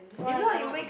why cannot